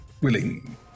willing